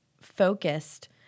focused